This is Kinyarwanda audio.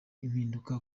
impinduka